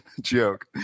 joke